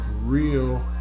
real